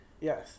Yes